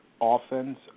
offense